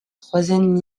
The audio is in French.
troisième